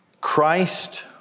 Christ